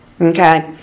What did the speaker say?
Okay